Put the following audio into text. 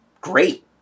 great